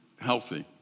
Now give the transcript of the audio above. healthy